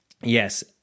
yes